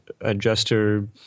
adjuster